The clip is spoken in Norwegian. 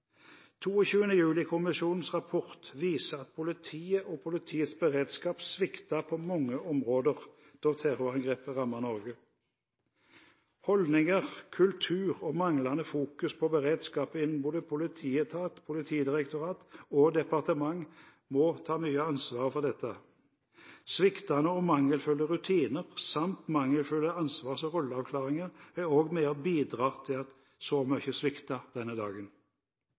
rapport viser at politiet og politiets beredskap sviktet på mange områder da terrorangrepet rammet Norge. Holdninger, kultur og manglende fokus på beredskap innen både politietaten, Politidirektoratet og departement må ta mye av ansvaret for dette. Sviktende og mangelfulle rutiner samt mangelfulle ansvars- og rolleavklaringer er også med og bidrar til at så mye sviktet denne dagen.